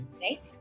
Right